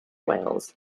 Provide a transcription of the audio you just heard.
wales